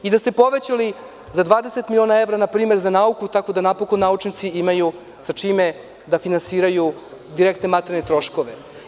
I da ste povećali za 20 miliona evra npr. za nauku, tako da napokon naučnici imaju sa čime da finansiraju direktne materijalne troškove.